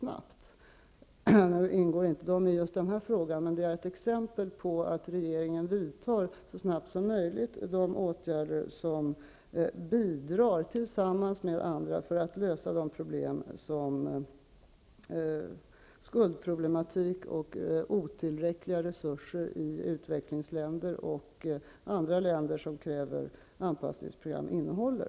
Nu ingår inte de i just den här frågan, men detta är ett exempel på att regeringen så snabbt som möjligt vidtar de åtgärder som, tillsammans med andra, bidrar till att lösa de problem som skuldproblematik och otillräckliga resurser i utvecklingsländer och andra länder som kräver anpassningsprogram innehåller.